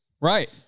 right